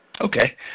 Okay